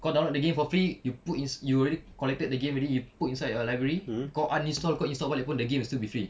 kau download the games for free you put you already collected the game already you put inside your library kau uninstall kau install balik pun the game is still be free